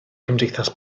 cymdeithas